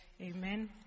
Amen